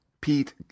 Pete